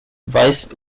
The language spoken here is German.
weiß